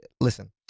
listen